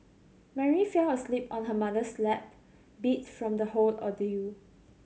Mary fell asleep on her mother's lap beat from the whole ordeal